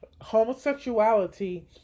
homosexuality